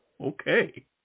Okay